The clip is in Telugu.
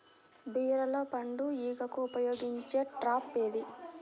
బీరలో పండు ఈగకు ఉపయోగించే ట్రాప్ ఏది?